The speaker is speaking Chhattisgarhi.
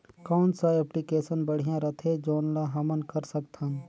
कौन सा एप्लिकेशन बढ़िया रथे जोन ल हमन कर सकथन?